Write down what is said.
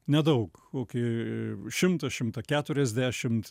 nedaug kokį šimtą šimtą keturiasdešimt